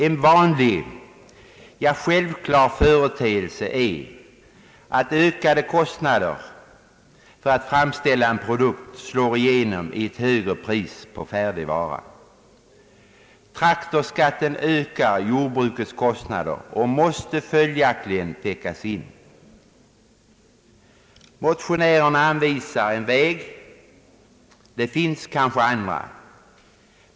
En vanlig, självklar företeelse är att ökade kostnader för att framställa en produkt slår igenom i ett högre pris på färdig vara. Traktorskatten ökar jordbrukets kostnader och måste följaktligen täckas in. Motionärerna anvisar en väg. Det finns kanske andra vägar.